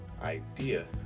idea